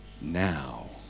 now